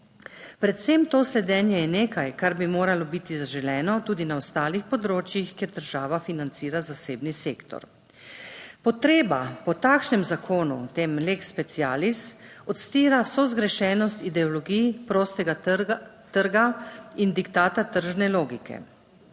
predvsem to sledenje je nekaj, kar bi moralo biti zaželeno tudi na ostalih področjih, kjer država financira zasebni sektor. Potreba po takšnem zakonu o tem lex specialis odstira vso zgrešenost ideologiji prostega trga in diktata tržne logike.